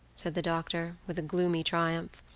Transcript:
said the doctor, with a gloomy triumph.